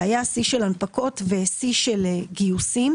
היה שיא של הנפקות ושל גיוסים.